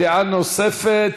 דעה נוספת,